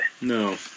No